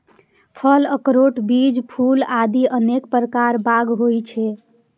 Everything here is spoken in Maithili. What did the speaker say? फल, अखरोट, बीज, फूल आदि अनेक प्रकार बाग होइ छै